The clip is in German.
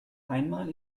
einmal